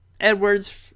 Edward's